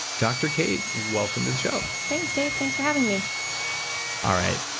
dr kate, welcome to the show thanks, dave. thanks for having me all right.